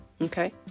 Okay